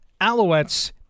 Alouettes